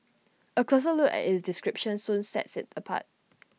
A closer look at its description soon sets IT apart